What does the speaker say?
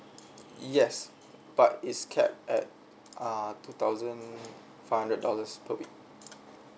yes but it's capped at uh two thousand five hundred dollars per week